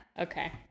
Okay